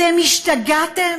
אתם השתגעתם?